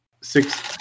six